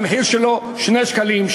המחיר שלו 2 שקלים,